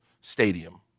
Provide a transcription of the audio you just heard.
stadium